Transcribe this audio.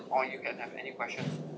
or you can have any question